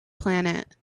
planet